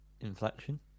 inflection